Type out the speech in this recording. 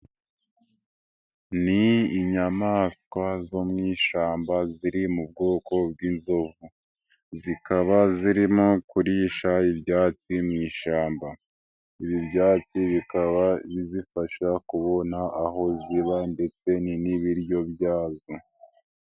Ni inyamaswa zo mu ishyamba ziri mu bwoko bw'inzovu, zikaba zirimo kurisha ibyatsi mu ishyamba, ibi byatsi bikaba bizifasha kubona aho ziba ndetse ni n'ibiryo byazo.